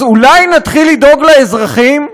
אז אולי נתחיל לדאוג לאזרחים?